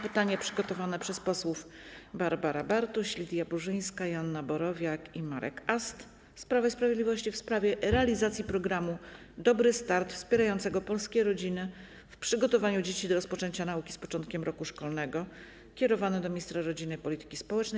Pytanie przygotowane przez posłów Barbarę Bartuś, Lidię Burzyńską, Joannę Borowiak i Marka Asta z Prawa i Sprawiedliwości, w sprawie realizacji programu „Dobry start” wspierającego polskie rodziny w przygotowaniu dzieci do rozpoczęcia nauki z początkiem roku szkolnego, kierowane do ministra rodziny i polityki społecznej.